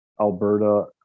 Alberta